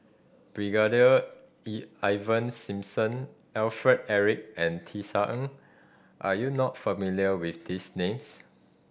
Brigadier Ivan Simson Alfred Eric and Tisa Ng are you not familiar with these names